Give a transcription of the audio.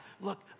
Look